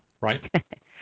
right